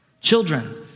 Children